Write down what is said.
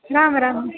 Ram Ram